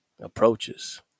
approaches